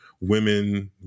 women